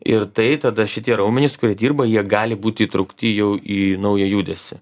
ir tai tada šitie raumenys kurie dirba jie gali būti įtraukti jau į naują judesį